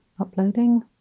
Uploading